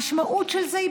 כשהמשמעות של זה היא